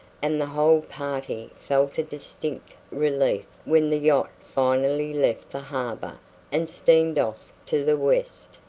and the whole party felt a distinct relief when the yacht finally left the harbor and steamed off to the west.